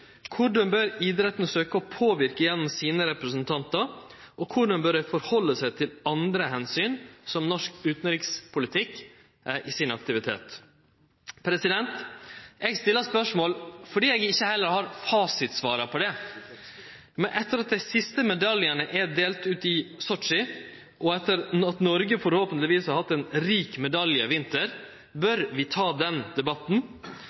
Korleis bør idretten søkje å påverke gjennom sine representantar? Og korleis bør dei tilpasse seg andre omsyn, som norsk utanrikspolitikk, i sin aktivitet? Eg stiller spørsmål fordi heller ikkje eg har fasitsvara. Men etter at dei siste medaljane er delte ut i Sotsji, og etter at Noreg forhåpentlegvis har hatt ein rik medaljevinter, bør vi ta den debatten